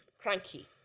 cranky